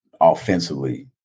offensively